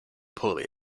poorly